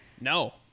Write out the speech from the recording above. no